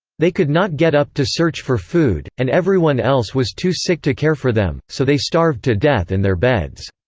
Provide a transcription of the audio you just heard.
they could not get up to search for food, and everyone else was too sick to care for them, so they starved to death in their beds.